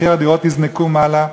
מחירי הדירות יוזנקו מעלה.